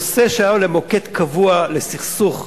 נושא שהיה למוקד קבוע של סכסוך,